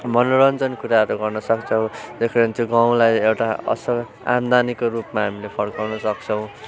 मनोरञ्जन कुराहरू गर्न सक्छौँ त्यो कारण त्यो गाउँलाई एउटा असल आमदामीको रूपमा हामीले फर्काउन सक्छौँ